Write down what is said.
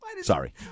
Sorry